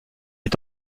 est